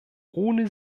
ohne